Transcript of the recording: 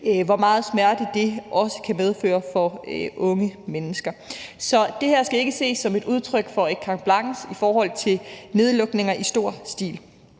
hvor meget smerte det også kan medføre for unge mennesker. Så det her skal ikke ses som et udtryk for et carte blanche i forhold til nedlukninger i stor stil.